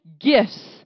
gifts